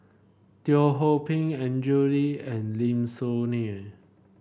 Teo Ho Pin Andrew Lee and Lim Soo Ngee